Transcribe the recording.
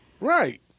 Right